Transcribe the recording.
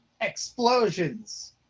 explosions